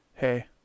Hey